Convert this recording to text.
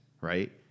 right